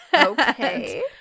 Okay